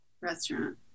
restaurant